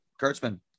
kurtzman